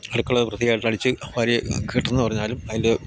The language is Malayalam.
അടുക്കള വൃത്തിയായിട്ട് അടിച്ചു വാരിയിട്ടുണ്ടെന്നു പറഞ്ഞാലും അതിൽ